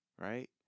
Right